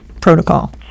protocol